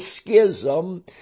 schism